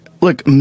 look